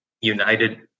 United